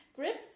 GRIPS